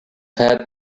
had